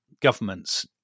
governments